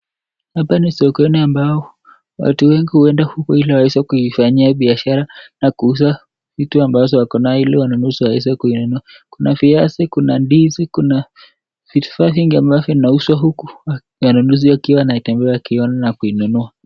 Hapa ni sokoni ambao watu wengi huenda huko ili waeze kuifanyia biashara na kuuza vitu ambazo wako nayo ili wanunuzi waeze kuinunua. Kuna viazi, kuna ndizi, kuna vifaa vingi ambavyo vinauzwa huku wanunuzi wakiwa wanatembea wakiona na kuinunua.